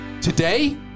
Today